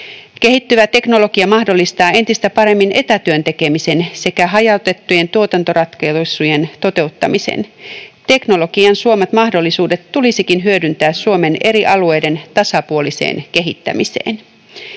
Kehittyvä teknologia mahdollistaa entistä paremmin etätyön tekemisen sekä hajautettujen tuotantoratkaisujen toteuttamisen. Teknologian suomat mahdollisuudet tulisikin hyödyntää Suomen eri alueiden tasapuoliseen kehittämiseen.